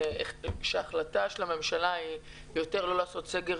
כפי שההחלטה של הממשלה היא לא לעשות יותר סגר